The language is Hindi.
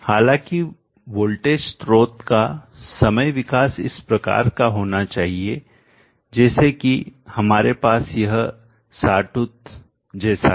हालांकि वोल्टेज स्रोत का समय विकास इस प्रकार होना चाहिए जैसे कि हमारे पास यह saw tooth जैसा है